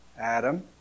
Adam